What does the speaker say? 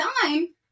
time